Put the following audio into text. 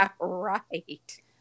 right